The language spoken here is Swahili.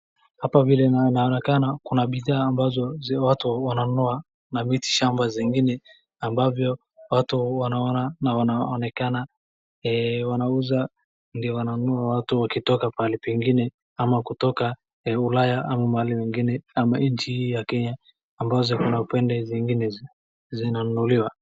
Hapa vile inaonekana kuna bidhaa zile watu wananunua na miti shmba vingine ambavyo watu wanaonekana wanauza ndio wananunua watu wakitoka pahali pengine ama kutoka ulaya ama mahali mengine, ama nchi hii ya kenya ambazo kuna pande zingine zinanunuliwa.